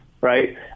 right